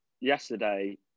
yesterday